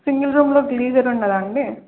single రూమ్ంలో geyser ఉండదాండి